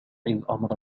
الأمر